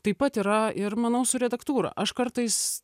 taip pat yra ir manau su redaktūra aš kartais